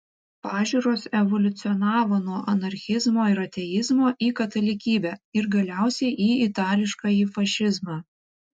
pažiūros evoliucionavo nuo anarchizmo ir ateizmo į katalikybę ir galiausiai į itališkąjį fašizmą